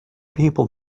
people